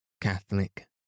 Catholic